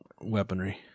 weaponry